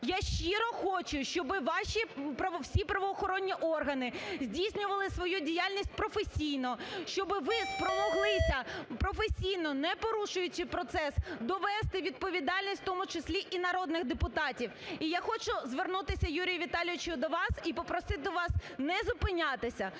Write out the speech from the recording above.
Я щиро хочу, щоб ваші всі правоохоронні органи здійснювали свою діяльність професійно, щоб ви спромоглися професійно, не порушуючи процес, довести відповідальність, в тому числі і народних депутатів. І я хочу звернутися, Юрію Віталійовичу, до вас і попросити вас не зупинятися